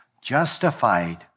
justified